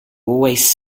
always